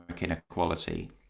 inequality